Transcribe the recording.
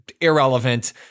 irrelevant